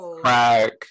crack